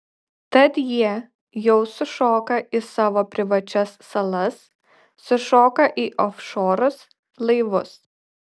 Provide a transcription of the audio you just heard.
tad jie jau sušoka į savo privačias salas sušoka į ofšorus laivus